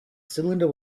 cylinder